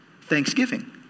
thanksgiving